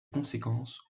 conséquences